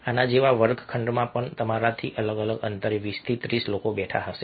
આના જેવા વર્ગખંડમાં પણ તમારાથી અલગ અલગ અંતરે 20 30 લોકો બેઠા હશે